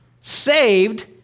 saved